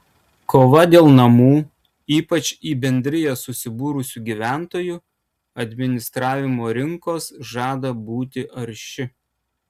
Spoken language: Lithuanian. kova dėl namų ypač į bendrijas susibūrusių gyventojų administravimo rinkos žada būti arši